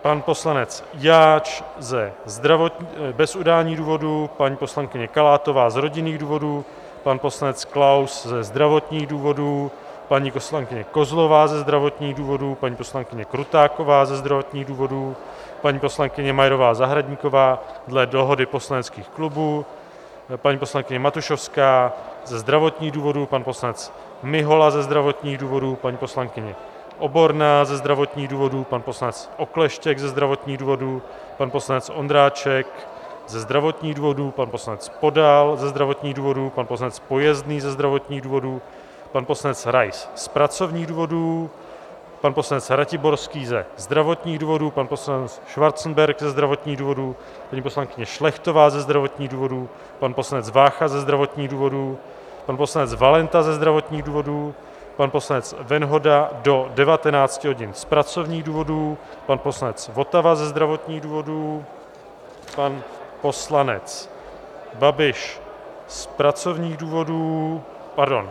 Pan poslanec Jáč bez udání důvodů, paní poslankyně Kalátová z rodinných důvodů, pan poslanec Klaus ze zdravotních důvodů, paní poslankyně Kozlová ze zdravotních důvodů, paní poslankyně Krutáková ze zdravotních důvodů, paní poslankyně Majerová Zahradníková dle dohody poslaneckých klubů, paní poslankyně Matušovská ze zdravotních důvodů, pan poslanec Mihola ze zdravotních důvodů, paní poslankyně Oborná ze zdravotních důvodů, pan poslanec Okleštěk ze zdravotních důvodů, pan poslanec Ondráček ze zdravotních důvodů, pan poslanec Podal ze zdravotních důvodů, pan poslanec Pojezný ze zdravotních důvodů, pan poslanec Rais z pracovních důvodů, pan poslanec Ratiborský ze zdravotních důvodů, pan poslanec Schwarzenberg ze zdravotních důvodů, paní poslankyně Šlechtová ze zdravotních důvodů, pan poslanec Vácha ze zdravotních důvodů, pan poslanec Valenta ze zdravotních důvodů, pan poslanec Venhoda do 19 hodin z pracovních důvodů, pan poslanec Votava ze zdravotních důvodů, pan poslanec Babiš z pracovních důvodů... pardon.